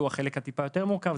שהוא טיפה יותר מורכב,